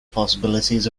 possibilities